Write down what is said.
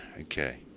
Okay